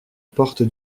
porte